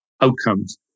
outcomes